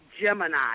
Gemini